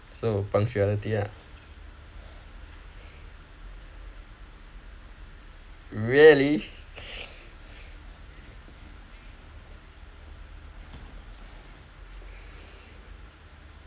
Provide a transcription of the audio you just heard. so punctuality ah really